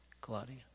Claudia